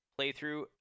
playthrough